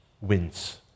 wins